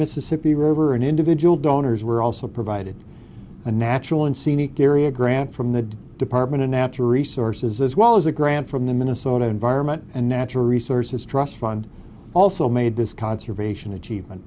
mississippi river an individual donors were also provided a natural and scenic area grant from the department of natural resources as well as a grant from the minnesota environment and natural resources trust fund also made this conservation achievement